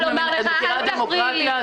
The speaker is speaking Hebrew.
את מכירה דמוקרטיה?